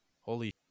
holy